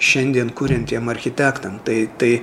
šiandien kuriantiem architektam tai tai